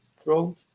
throat